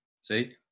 See